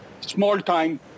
small-time